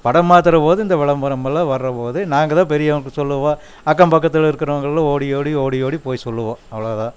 படம் மாற்றுற போது இந்த விளம்பரம் எல்லாம் வர்றபோது நாங்கள் தான் பெரியவங்களுக்கு சொல்லுவோம் அக்கம் பக்கத்தில் இருக்கறவங்களும் ஓடி ஓடி ஓடி ஓடி போய் சொல்லுவோம் அவ்வளோ தான்